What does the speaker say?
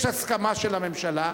יש הסכמה של הממשלה,